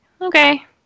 Okay